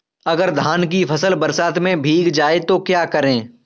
अगर धान की फसल बरसात में भीग जाए तो क्या करें?